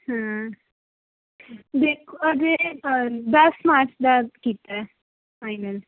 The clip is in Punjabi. ਹੁੰ ਦੇਖੋ ਜੇ ਦਸ ਮਾਰਚ ਦਾ ਕੀਤਾ ਹੈ ਫਾਈਨਲ